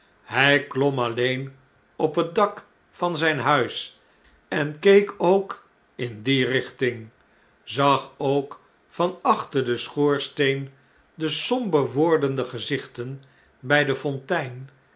irjj klom alleen op het dak van zjjn huis en keek ook in die richting zag ook van achter den schoorsteen de somber wordende gezichten bjj de fontein